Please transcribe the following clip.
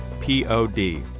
P-O-D